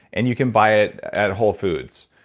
and you can buy it at whole foods.